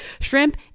shrimp